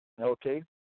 okay